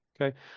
Okay